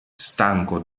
stanco